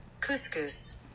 Couscous